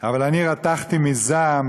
אבל אני רתחתי מזעם,